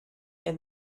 and